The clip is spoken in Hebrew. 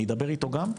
אני אדבר איתו גם,